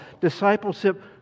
discipleship